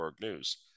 News